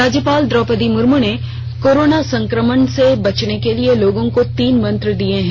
राज्यपाल द्रौपदी मुर्मू ने कोरोना संक्रमण से बचने के लिए लोगों को तीन मंत्र दिए हैं